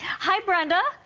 hi brenda.